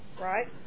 Right